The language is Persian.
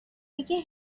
یکی